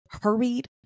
hurried